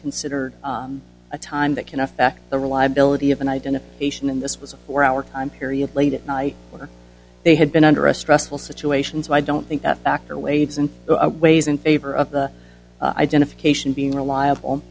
considered a time that can affect the reliability of an identification in this was a four hour time period late at night or they had been under a stressful situations i don't think that factor waves and ways in favor of the identification being reliable